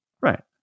Right